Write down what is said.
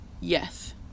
Yes